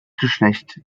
geschlecht